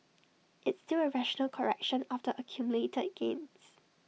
it's still A rational correction after accumulated gains